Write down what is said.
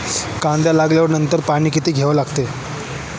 कांदा लागवडी नंतर पाणी कधी द्यावे लागते?